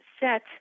set